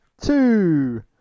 Two